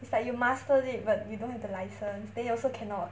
it's like you mastered it but you don't have the license then you also cannot